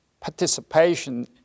participation